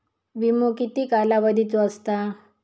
विमो किती कालावधीचो असता?